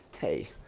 hey